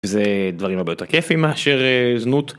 זה דברים הרבה יותר כיפים מאשר זנות.